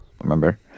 remember